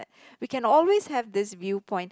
we can always have this view point